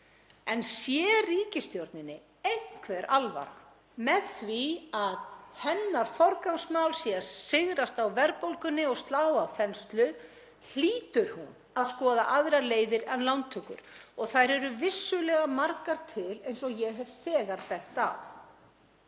en sé ríkisstjórninni einhver alvara með því að hennar forgangsmál sé að sigrast á verðbólgunni og slá á þenslu hlýtur hún að skoða aðrar leiðir en lántökur og þær eru vissulega margar til eins og ég hef þegar bent á.